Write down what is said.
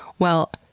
well,